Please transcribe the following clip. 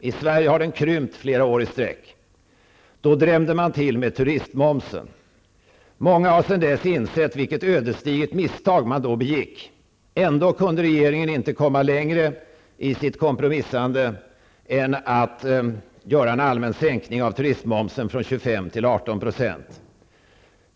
I Sverige däremot har den i flera år i sträck krympt. Då drämde man till med turistmomsen! Många har sedan dess insett vilket ödesdigert misstag som begicks. Ändå kunde regeringen inte komma längre i sitt kompromissande än till en allmän sänkning av turistmomsen från 25 % till